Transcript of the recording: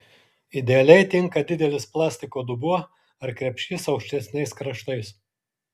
idealiai tinka didelis plastiko dubuo ar krepšys aukštesniais kraštais